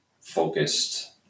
focused